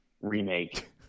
remake